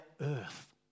earth